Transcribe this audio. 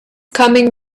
coming